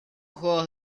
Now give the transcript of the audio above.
juegos